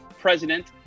president